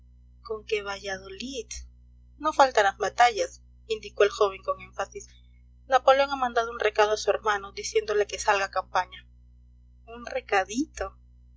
con que a valladolid no faltarán batallas indicó el joven con énfasis napoleón ha mandado un recado a su hermano diciéndole que salga a campaña un recadito